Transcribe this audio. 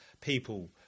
people